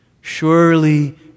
Surely